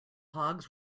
hogs